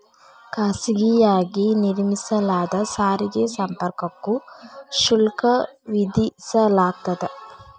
ಖಾಸಗಿಯಾಗಿ ನಿರ್ಮಿಸಲಾದ ಸಾರಿಗೆ ಸಂಪರ್ಕಕ್ಕೂ ಶುಲ್ಕ ವಿಧಿಸಲಾಗ್ತದ